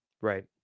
right